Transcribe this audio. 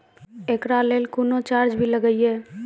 एकरा लेल कुनो चार्ज भी लागैये?